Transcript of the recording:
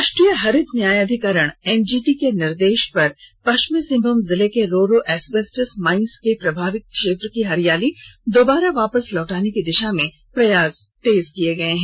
राष्ट्रीय हरित न्यायाधिकरण एनजीटी के निर्देश पर पश्चिमी सिंहभुम जिले के रोरो एस्बेस्टस माइंस के प्रभावित क्षेत्र की हरियाली दुबारा वापस लौटाने की दिशा में प्रयास तेज किया गया है